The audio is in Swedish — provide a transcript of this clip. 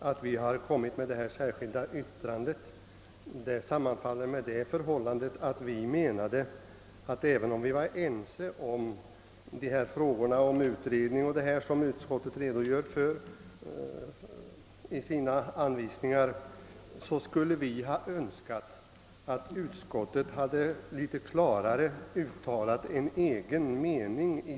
Att vi avgivit ett särskilt yttrande sammanfaller med att, även om vi var ense beträffande den utredning som utskottet redogör för i sina anvisningar, vi dock skulle ha önskat att utskottet litet klarare hade uttalat en egen mening.